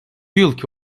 yılki